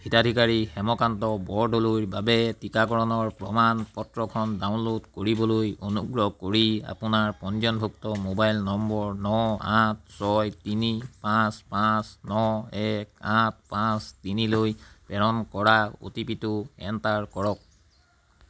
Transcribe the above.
হিতাধিকাৰী হেমকান্ত বৰদলৈৰ বাবে টিকাকৰণৰ প্ৰমাণ পত্ৰখন ডাউনলোড কৰিবলৈ অনুগ্ৰহ কৰি আপোনাৰ পঞ্জীয়নভুক্ত মোবাইল নম্বৰ ন আঠ ছয় তিনি পাঁচ পাঁচ ন এক আঠ পাঁচ তিনিলৈ প্ৰেৰণ কৰা অ' টি পিটো এণ্টাৰ কৰক